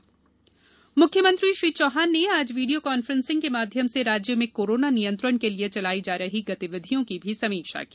किल corona अभियान मुख्यमंत्री श्री चौहान ने आज वीडियो कॉन्फ्रेंसिंग के माध्यम से राज्य में कोरोना नियंत्रण के लिए चलाई जा रही गतिविधियां की भी समीक्षा की